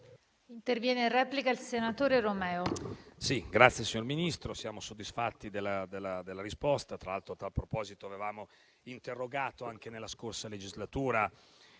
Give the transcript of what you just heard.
intervenire in replica il senatore Romeo,